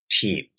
teams